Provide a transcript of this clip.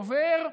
עובר,